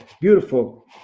Beautiful